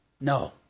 No